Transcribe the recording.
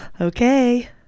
Okay